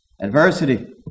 Adversity